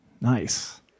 nice